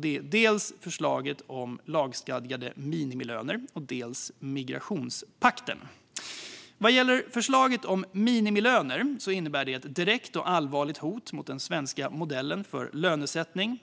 Det är dels förslaget om lagstadgade minimilöner, dels migrationspakten. Förslaget om minimilöner innebär ett direkt och allvarligt hot mot den svenska modellen för lönesättning.